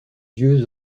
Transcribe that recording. yeux